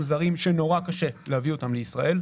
זרים שנורא קשה להביא אותם לישראל.